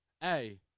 Hey